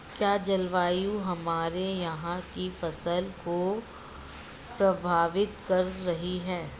क्या जलवायु हमारे यहाँ की फसल को प्रभावित कर रही है?